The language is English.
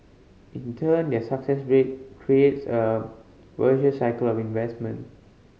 in turn their success creates a virtuous cycle of investment